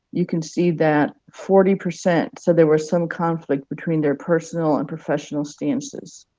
you can see that forty percent said there was some conflict between their personal and professional stances.